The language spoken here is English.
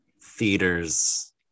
theaters